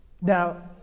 now